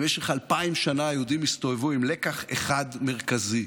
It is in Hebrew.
במשך אלפיים שנה היהודים הסתובבו עם לקח אחד מרכזי: